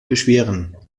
beschweren